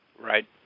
Right